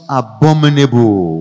abominable